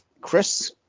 Chris